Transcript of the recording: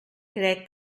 crec